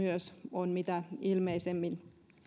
on mitä ilmeisimmin